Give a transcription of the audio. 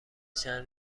چند